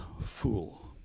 fool